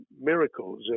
miracles